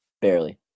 barely